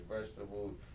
vegetables